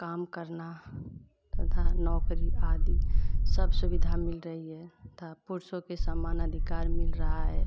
काम करना तथा नौकरी आदि सब सुविधा मिल रही है तथा पुरुषों के समान अधिकार मिल रहा है